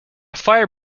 fire